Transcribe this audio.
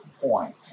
point